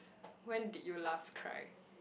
when did you last cry